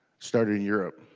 started in europe.